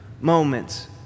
moments